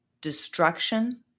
destruction